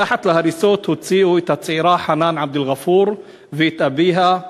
מתחת להריסות הוציאו את הצעירה חנאן עבד אלע'פור ואת אביה.